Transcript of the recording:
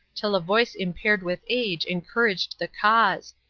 till a voice impaired with age encouraged the cause,